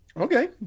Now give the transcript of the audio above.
Okay